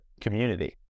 community